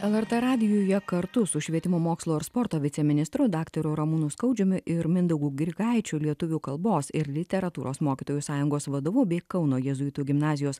lrt radijuje kartu su švietimo mokslo ir sporto viceministru daktaru ramūnu skaudžiumi ir mindaugu grigaičiu lietuvių kalbos ir literatūros mokytojų sąjungos vadovu bei kauno jėzuitų gimnazijos